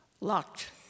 locked